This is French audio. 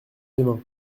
demain